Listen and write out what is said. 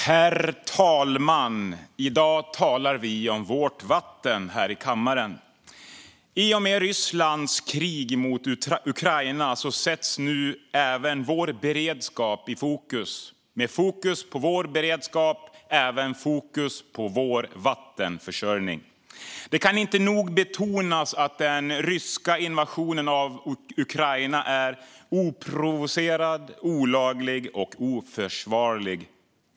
Herr talman! I dag talar vi om vårt vatten här i kammaren. I och med Rysslands krig mot Ukraina sätts nu även vår beredskap i fokus, och med fokus på vår beredskap även fokus på vår vattenförsörjning. Det kan inte nog betonas att den ryska invasionen av Ukraina är oprovocerad, olaglig och oförsvarlig.